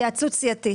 התייעצות סיעתית.